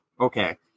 okay